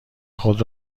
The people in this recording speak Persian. خود